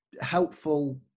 helpful